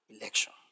election